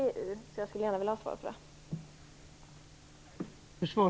Jag skulle alltså gärna vilja ha ett svar i det avseendet.